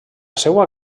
seua